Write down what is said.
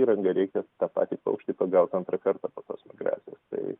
įrangą reikia tą patį paukštį pagaut antrą kartą po tos migracijos tai